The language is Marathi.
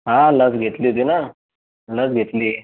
हा लस घेतली होती ना लस घेतली